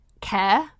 care